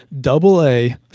double-A